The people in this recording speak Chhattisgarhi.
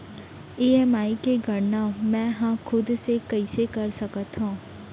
ई.एम.आई के गड़ना मैं हा खुद से कइसे कर सकत हव?